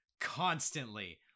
constantly